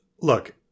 look